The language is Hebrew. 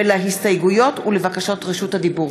ולהסתייגויות ולבקשות רשות דיבור.